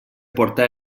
portar